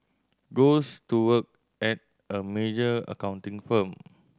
goes to work at a major accounting firm